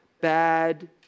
bad